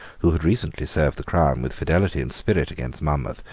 who had recently served the crown with fidelity and spirit against monmouth,